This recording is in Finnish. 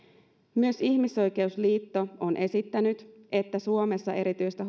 myös ihmisoikeusliitto on esittänyt että suomessa erityistä